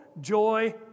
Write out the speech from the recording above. joy